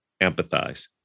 empathize